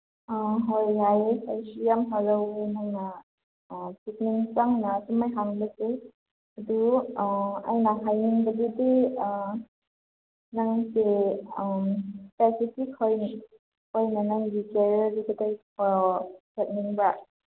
ꯑꯥ ꯍꯣꯏ ꯌꯥꯏꯌꯦ ꯑꯩꯁꯨ ꯌꯥꯝ ꯍꯔꯥꯎꯋꯦ ꯅꯪꯅ ꯄꯨꯛꯅꯤꯡ ꯆꯪꯅ ꯑꯁꯨꯃꯥꯏꯅ ꯍꯪꯕꯁꯦ ꯑꯗꯨ ꯑꯩꯅ ꯍꯥꯏꯅꯤꯡꯕꯁꯤꯗꯤ ꯅꯪꯁꯤ ꯏꯁꯄꯦꯁꯤꯄꯤꯛ ꯑꯣꯏꯅ ꯑꯩꯅ ꯅꯪꯒꯤ ꯀꯦꯔꯤꯌꯔꯗꯨ ꯀꯗꯥꯏ ꯆꯠꯅꯤꯡꯕ